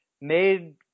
made